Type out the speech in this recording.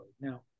Now